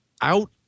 out